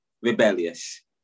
rebellious